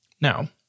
Now